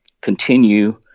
continue